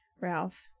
Ralph